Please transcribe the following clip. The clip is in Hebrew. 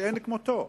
שאין כמותו.